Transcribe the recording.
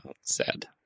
sad